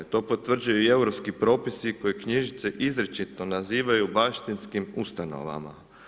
To potvrđuju i europski propisi koji knjižnice izričito nazivaju baštinskim ustanovama.